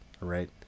right